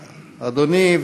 אדוני.